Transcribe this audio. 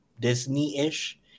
Disney-ish